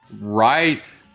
Right